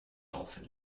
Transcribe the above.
dolphin